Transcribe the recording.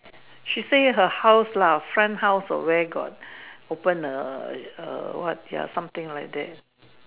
she say her house lah front house or where got open a a what ya something like that